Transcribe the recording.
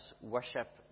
worship